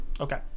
Okay